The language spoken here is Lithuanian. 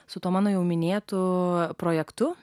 su tuo mano jau minėtu projektu